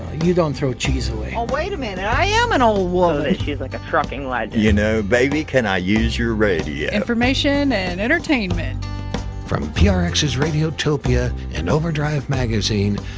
you don't throw cheese wait a minute i am an old woman! she's like a trucking legend. like you know, baby, can i use your radio? information and entertainment from prx's radiotopia and overdrive magazine.